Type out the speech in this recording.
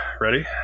ready